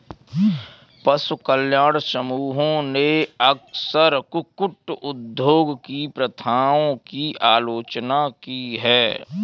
पशु कल्याण समूहों ने अक्सर कुक्कुट उद्योग की प्रथाओं की आलोचना की है